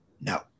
No